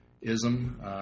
ism